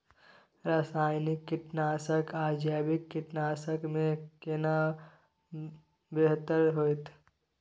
रसायनिक कीटनासक आ जैविक कीटनासक में केना बेहतर होतै?